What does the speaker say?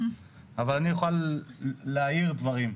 אבל אני אוכל להעיר דברים.